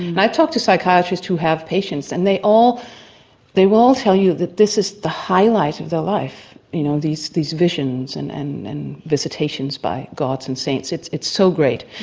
and i've talked to psychiatrists who have patients and they all they all tell you that this is the highlight of their life, you know these these visions and and and visitations by gods and saints it's it's so great.